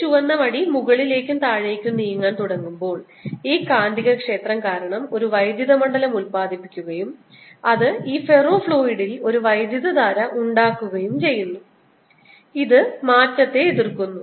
ഈ ചുവന്ന വടി മുകളിലേക്കും താഴേക്കും നീങ്ങാൻ തുടങ്ങുമ്പോൾ ഈ കാന്തികക്ഷേത്രം കാരണം ഒരു വൈദ്യുത മണ്ഡലം ഉത്പാദിപ്പിക്കുകയും അത് ഈ ഫെറോഫ്ലൂയിഡിൽ ഒരു വൈദ്യുതധാര ഉണ്ടാക്കുകയും ചെയ്യുന്നു ഇത് മാറ്റത്തെ എതിർക്കുന്നു